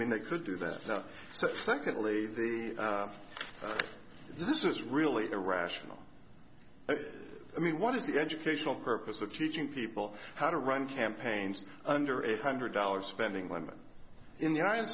mean they could do that so secondly that this is really irrational i mean what is the educational purpose of teaching people how to run campaigns under eight hundred dollars spending limit in the united